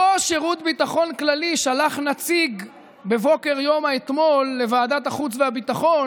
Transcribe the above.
אותו שירות ביטחון כללי שלח נציג בבוקר יום האתמול לוועדת החוץ והביטחון